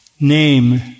name